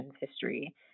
history